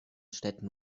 städten